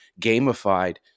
gamified